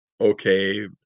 okay